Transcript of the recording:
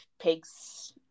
pigs